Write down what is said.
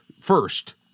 first